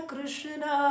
Krishna